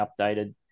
updated